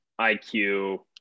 iq